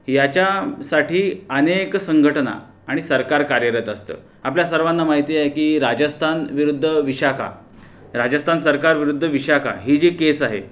ह्याच्यासाठी अनेक संघटना आणि सरकार कार्यरत असतं आपल्या सर्वांना माहिती आहे की राजस्तान विरुद्ध विशाखा राजस्तान सरकार विरुद्ध विशाखा ही जी केस आहे